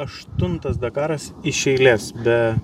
aštuntas dakaras iš eilės be